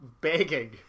begging